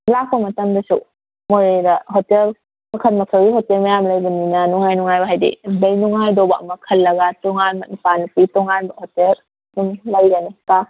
ꯂꯥꯛꯄ ꯃꯇꯝꯗꯁꯨ ꯃꯣꯔꯦꯗ ꯍꯣꯇꯦꯜ ꯃꯈꯜ ꯃꯈꯜꯒꯤ ꯍꯣꯇꯦꯜ ꯃꯌꯥꯝ ꯂꯩꯕꯅꯤꯅ ꯅꯨꯡꯉꯥꯏ ꯅꯨꯡꯉꯥꯏꯕ ꯍꯥꯏꯕꯗꯤ ꯂꯩ ꯅꯨꯡꯉꯥꯏꯗꯧꯕ ꯑꯃ ꯈꯜꯂꯒ ꯇꯣꯉꯥꯟꯕ ꯅꯨꯄꯥ ꯅꯨꯄꯤ ꯇꯣꯉꯥꯟꯕ ꯍꯣꯇꯦꯜ ꯑꯗꯨꯝ ꯂꯩꯒꯅꯤꯀꯣ